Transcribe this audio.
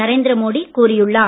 நரேந்திர மோடி கூறியுள்ளார்